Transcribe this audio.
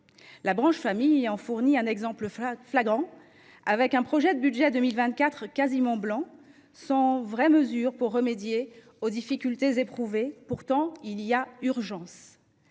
La branche famille en fournit un exemple flagrant, avec un projet de budget 2024 quasiment blanc, sans vraie mesure pour remédier aux difficultés éprouvées. Pourtant, il y a urgence.